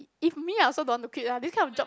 if me I also don't want to quit lah this kind of job